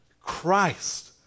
Christ